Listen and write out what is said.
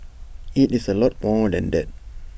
IT is A lot more than that